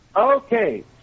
Okay